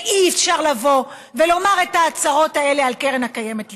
ואי-אפשר לבוא ולומר את ההצהרות האלה על קרן קיימת לישראל.